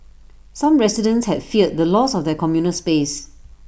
some residents had feared the loss of their communal space